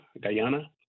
Guyana